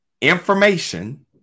Information